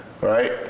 right